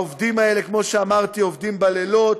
העובדים האלה, כמו שאמרתי, עובדים בלילות,